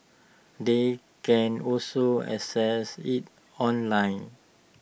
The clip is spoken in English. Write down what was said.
they can also access IT online